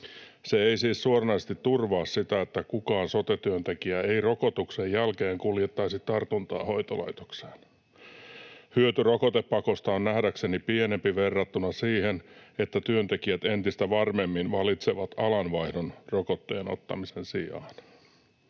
Se ei siis suoranaisesti turvaa sitä, että kukaan sote-työntekijä ei rokotuksen jälkeen kuljettaisi tartuntaa hoitolaitokseen. Hyöty rokotepakosta on nähdäkseni pienempi verrattuna siihen, että työntekijät entistä varmemmin valitsevat alanvaihdon rokotteen ottamisen sijaan.